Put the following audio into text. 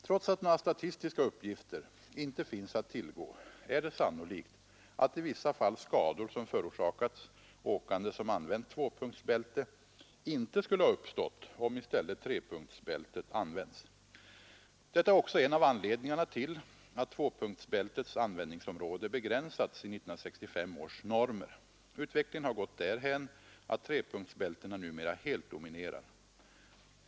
Trots att några statistiska uppgifter inte finns att tillgå är det sannolikt att i vissa fall skador, som förorsakats åkande som använt tvåpunktsbälte, inte skulle ha uppstått om i stället trepunktsbältet använts. Detta är också en av anledningarna till att tvåpunktsbältets användningsområde begränsats i 1965 års normer. Utvecklingen har gått därhän att trepunktsbältena numera helt dominerar.